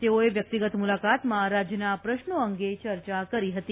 તેઓએ વ્યક્તિગત મુલાકાતમાં રાજ્યના પ્રશ્નો અંગે ચર્ચા કરી હતી